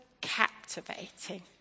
captivating